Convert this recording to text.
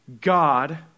God